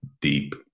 deep